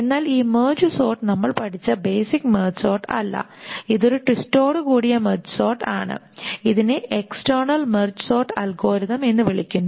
എന്നാൽ ഈ merge sort നമ്മൾ പഠിച്ച ബേസിക് മെർജ് സോർട്ട് അല്ല ഇതൊരു ട്വിസ്റ്റോടു കൂടിയ മെർജ് സോർട്ട് ആണ് ഇതിനെ എക്സ്ടെർണൽ മെർജ് സോർട്ട് അൽഗോരിതം എന്ന് വിളിക്കുന്നു